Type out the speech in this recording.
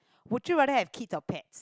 would you rather have kids or pet